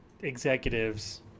executives